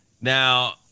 Now